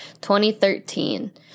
2013